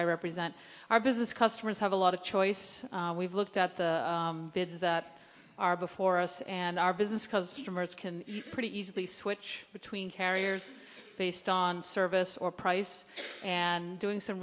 i represent our business customers have a lot of choice we've looked at the bids that are before us and our business customers can pretty easily switch between carriers based on service or price and doing some